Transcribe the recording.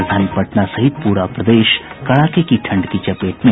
राजधानी पटना सहित पूरा प्रदेश कड़ाके की ठंड की चपेट में